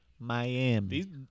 Miami